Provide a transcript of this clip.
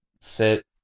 sit